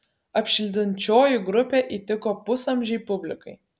apšildančioji grupė įtiko pusamžei publikai